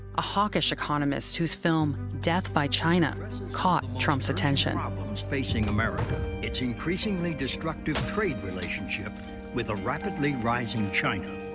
a hawkish economist whose film death by china caught trump's attention problems facing america, its increasingly destructive trade relationship with a rapidly rising china.